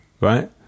right